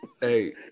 Hey